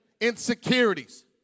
insecurities